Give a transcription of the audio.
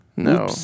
No